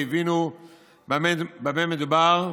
והבינו במה מדובר,